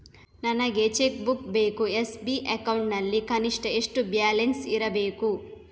ನನಗೆ cheque book ಬೇಕು SB account ನಲ್ಲಿ ಕನಿಷ್ಠ ಎಷ್ಟು ಬ್ಯಾಲೆನ್ಸ್ ಇರಬೇಕು?